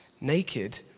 naked